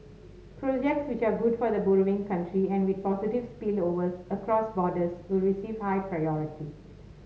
projects which are good for the borrowing country and with positive spillovers across borders will receive high priority